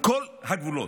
כל הגבולות.